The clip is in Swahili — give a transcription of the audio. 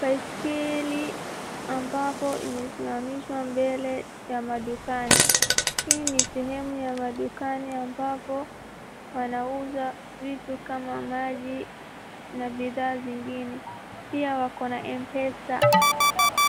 Baiskeli ambapo imesimamishwa mbele ya madukani. Hii ni sehemu ya madukani ambapo wanauza vitu kama maji na bidhaa zingine. Pia wako na mpesa.